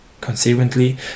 Consequently